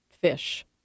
fish